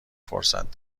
فرصت